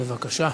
בבקשה.